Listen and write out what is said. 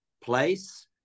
place